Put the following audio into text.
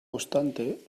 obstante